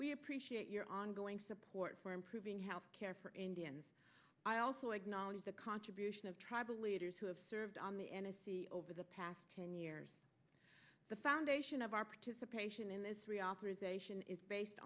we appreciate your ongoing support for improving health care for indian i also acknowledge the contribution of tribal leaders who have served on the n s c over the past ten years the foundation of our participation in this